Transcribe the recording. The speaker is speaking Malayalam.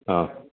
ആ